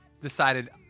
decided